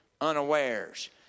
unawares